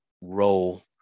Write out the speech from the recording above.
role